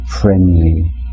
friendly